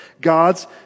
God's